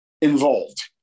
involved